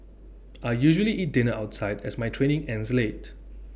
I usually eat dinner outside as my training ends late